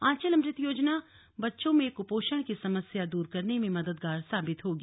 आंचल अमृत योजना बच्चों में कुपोषण की समस्या दूर करने में मददगार साबित होगी